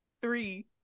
Three